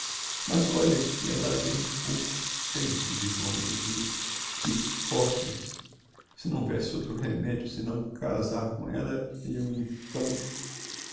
mas olha que ella é um por tento de formosura que fórmas se não houvesse outro remedio senão casar com ella eu então